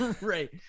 Right